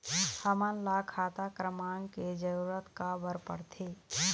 हमन ला खाता क्रमांक के जरूरत का बर पड़थे?